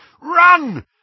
Run